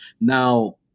now